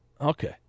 Okay